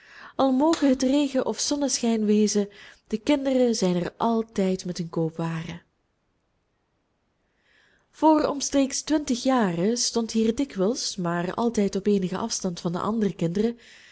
al moge het regen of zonneschijn wezen de kinderen zijn er altijd met hun koopwaren voor omstreeks twintig jaren stond hier dikwijls maar altijd op eenigen afstand van de andere kinderen